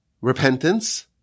repentance